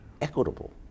equitable